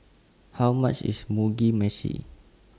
How much IS Mugi Meshi